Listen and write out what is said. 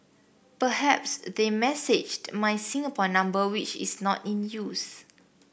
perhaps they messaged my Singapore number which is not in use